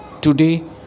Today